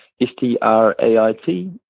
S-T-R-A-I-T